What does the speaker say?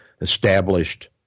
established